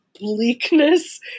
bleakness